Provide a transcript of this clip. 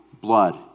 blood